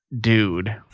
dude